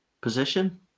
position